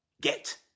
get